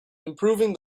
improving